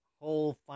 whole